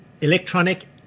Electronic